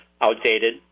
outdated